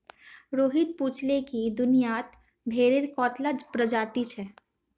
रोहित पूछाले कि दुनियात भेडेर कत्ला प्रजाति छे